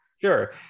Sure